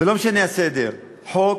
ולא משנה הסדר: הראשון, חוק.